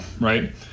right